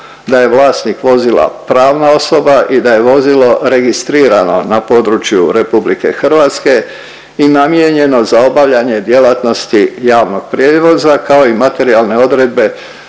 da je vlasnik vozila pravna osoba i da je vozilo registrirano na području RH i namijenjeno za obavljanje djelatnosti javnog prijevoza kao i materijalne odredbe